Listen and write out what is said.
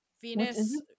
Venus